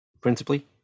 principally